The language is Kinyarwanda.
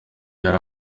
yari